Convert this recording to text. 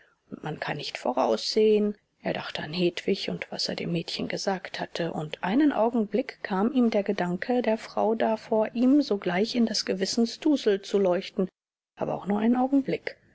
man kann nicht voraussehen er dachte an hedwig und was er dem mädchen gesagt hatte und einen augenblick kam ihm der gedanke der frau da vor ihm sogleich in das gewissensdunkel zu leuchten aber auch nur einen augenblick